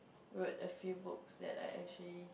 wrote a few books that I actually